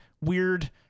weird